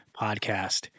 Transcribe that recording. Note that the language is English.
Podcast